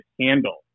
handle